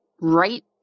right